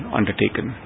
undertaken